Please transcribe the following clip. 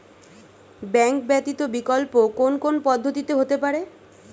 Bank ব্যতীত বিকল্প কোন কোন পদ্ধতিতে হতে পারে?